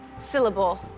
syllable